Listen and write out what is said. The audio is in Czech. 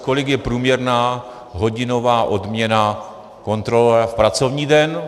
Kolik je průměrná hodinová odměna kontrolora v pracovní den?